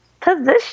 position